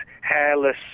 hairless